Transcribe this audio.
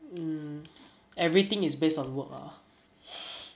mm everything is based on work ah